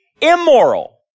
immoral